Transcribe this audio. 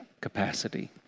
capacity